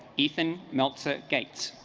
ethan meltzer gate